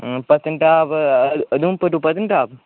Patnitop Udhampur to Patnitop